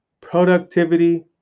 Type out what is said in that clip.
productivity